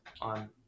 on